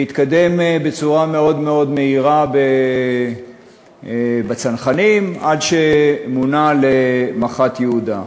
והתקדם בצורה מאוד מהירה בצנחנים עד שמונה למח"ט יהודה.